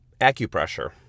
acupressure